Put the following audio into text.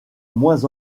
moins